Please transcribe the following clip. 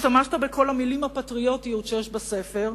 השתמשת בכל המלים ה"פטריוטיות" שיש בספר,